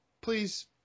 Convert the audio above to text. please